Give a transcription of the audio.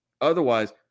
Otherwise